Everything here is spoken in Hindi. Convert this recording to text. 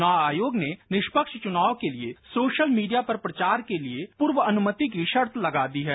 चुनाव आयोग ने निष्यक्ष चुनाव के लिए सोशल मीडिया पर प्रचार के लिए पूर्व अनुमति की शर्त लगा दी है